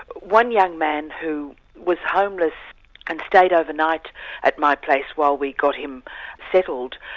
one young man who was homeless and stayed overnight at my place while we got him settled,